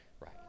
right